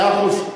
מאה אחוז.